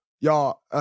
y'all